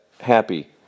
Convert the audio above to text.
happy